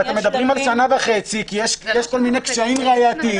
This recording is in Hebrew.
אתם מדברים על שנה וחצי כי יש כל מיני קשיים ראייתיים?